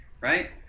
right